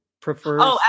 prefer